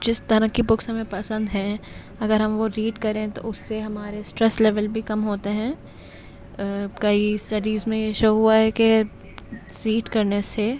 جس طرح کی بکس ہمیں پسند ہیں اگر ہم وہ ریڈ کریں تو اس سے ہمارے اسٹریس لیول بھی کم ہوتے ہیں کئی اسٹڈیز میں یہ شو ہوا ہے کہ ریڈ کرنے سے